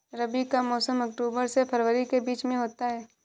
रबी का मौसम अक्टूबर से फरवरी के बीच में होता है